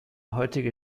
heutige